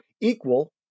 equal